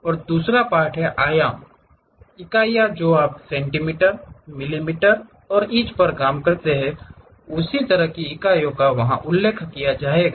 और दूसरा पार्ट आयाम है इकाइयाँ जो आप सेंटीमीटर मिलीमीटर इंच पर काम कर रहे हैं उस तरह की इकाइयों का वहाँ उल्लेख किया जाएगा